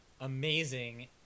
amazing